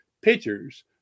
pitchers